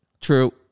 True